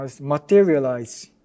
materialize